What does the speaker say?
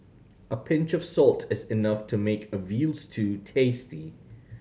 a pinch of salt is enough to make a veal stew tasty